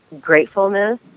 gratefulness